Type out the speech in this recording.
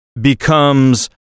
becomes